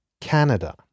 Canada